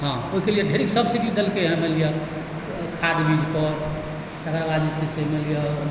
हँ ओहिके लिअ ढ़ेरी सब्सिडी देलकै मानि लिअ खाद बीजपर तकर बाद जे छै से मानि लिअ